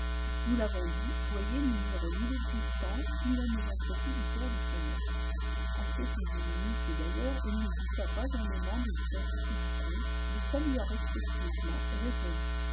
nous l'avons dit boyer n'ignorait ni l'existence ni la misanthropie du père de son maître assez physionomiste d'ailleurs il ne douta pas un moment de l'identité du comte le salua respectueusement et répondit